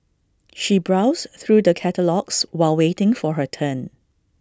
she browsed through the catalogues while waiting for her turn